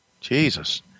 Jesus